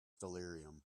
delirium